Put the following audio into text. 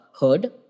heard